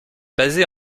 basé